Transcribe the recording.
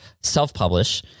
self-publish